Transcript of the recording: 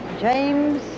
James